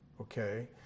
Okay